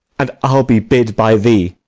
and i'll be bid by thee.